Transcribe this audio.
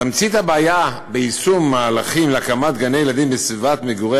תמצית הבעיה ביישום מהלכים להקמת גני-ילדים בסביבת מגורי